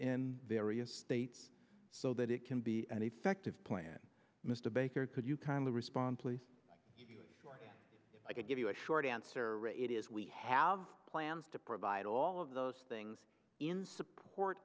in various states so that it can be an effective plan mr baker could you kindly respond please i could give you a short answer it is we have plans to provide all of those things in support